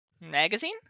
Magazine